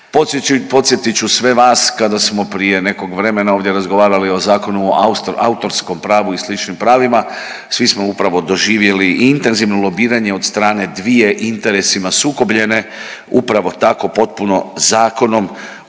Podsjetit ću sve vas kada smo prije nekog vremena ovdje razgovarali o Zakonu o autorskom pravu i sličnim pravima svi smo upravo doživjeli intenzivno lobiranje od strane dvije interesima sukobljene upravo tako potpuno zakonom